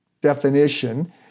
definition